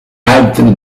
altre